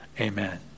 amen